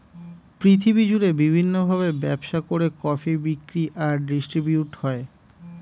পৃথিবী জুড়ে বিভিন্ন ভাবে ব্যবসা করে কফি বিক্রি আর ডিস্ট্রিবিউট হয়